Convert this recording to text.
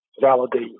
validate